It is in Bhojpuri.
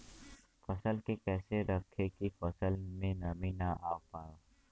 फसल के कैसे रखे की फसल में नमी ना आवा पाव?